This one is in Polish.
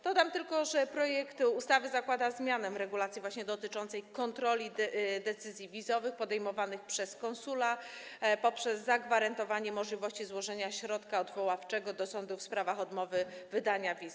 Dodam tylko, że projekt ustawy zakłada zmianę regulacji dotyczącej właśnie kontroli decyzji wizowych podejmowanych przez konsula poprzez zagwarantowanie możliwości złożenia środka odwoławczego do sądu w sprawach odmowy wydania wiz.